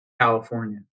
California